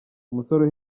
umusore